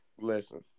listen